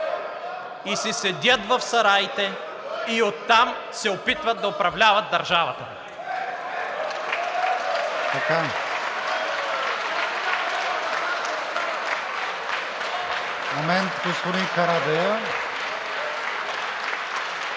…и си седят в сараите, и оттам се опитват да управляват държавата.